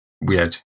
weird